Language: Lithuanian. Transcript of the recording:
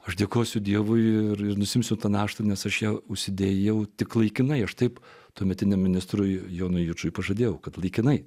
aš dėkosiu dievui ir nusiimsiu tą naštą nes aš ją užsidėjau tik laikinai aš taip tuometiniam ministrui jonui jučui pažadėjau kad laikinai